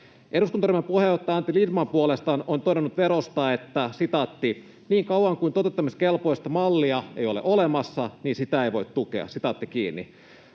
Eduskuntaryhmän puheenjohtaja Antti Lindtman puolestaan on todennut verosta: ”Niin kauan kuin toteuttamiskelpoista mallia ei ole olemassa, niin sitä ei voi tukea.”